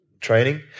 training